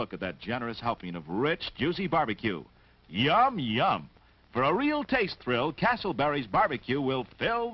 look at that generous helping of rich juicy barbecue yom yum for a real taste thrill castleberry is barbecue will fail